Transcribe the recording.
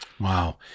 Wow